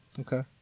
Okay